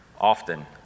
often